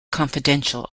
confidential